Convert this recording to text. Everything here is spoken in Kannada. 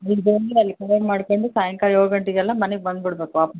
ಇಲ್ಲಿ ಬಂದು ಅಲ್ಲಿ ಕವರ್ ಮಾಡ್ಕೊಂಡು ಸಾಯಂಕಾಲ ಏಳು ಗಂಟೆಗೆಲ್ಲ ಮನೆಗೆ ಬಂದು ಬಿಡಬೇಕು ವಾಪಸ್